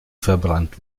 verbrannt